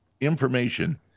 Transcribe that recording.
information